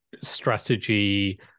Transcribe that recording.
strategy